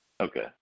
Okay